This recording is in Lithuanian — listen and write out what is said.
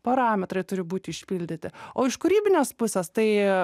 parametrai turi būt išpildyti o iš kūrybinės pusės tai